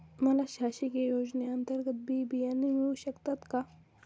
मला शासकीय योजने अंतर्गत बी बियाणे मिळू शकतात का?